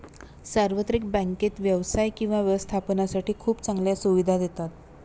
सार्वत्रिक बँकेत व्यवसाय किंवा व्यवस्थापनासाठी खूप चांगल्या सुविधा देतात